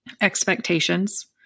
expectations